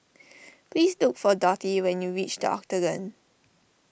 please look for Dottie when you reach the Octagon